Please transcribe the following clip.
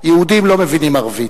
יהודים לא מבינים ערבית.